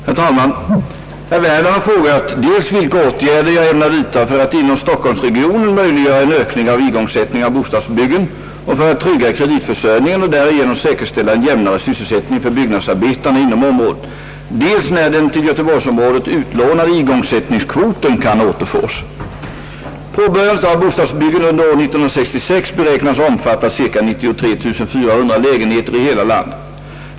Herr talman! Herr Werner har frågat dels vilka åtgärder jag ämnar vidta för att inom Stockholmsregionen möjliggöra en ökning av igångsättningen av bostadsbyggen och för att trygga kreditförsörjningen och därigenom säkerställa en jämnare sysselsättning för byggnadsarbetarna inom området, dels när den till Göteborgsområdet »utlånade igångsättningskvoten» kan återfås. Påbörjandet av bostadsbyggen under år 1966 beräknas ha omfattat ca 93 400 lägenheter i hela landet.